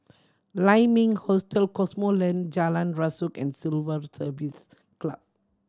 Lai Ming Hostel Cosmoland Jalan Rasok and Civil Service Club